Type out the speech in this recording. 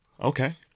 Okay